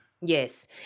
Yes